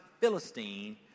Philistine